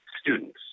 students